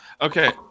Okay